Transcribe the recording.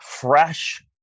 fresh